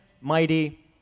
mighty